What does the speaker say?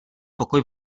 pokoj